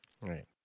Right